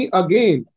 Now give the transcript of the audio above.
again